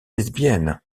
lesbienne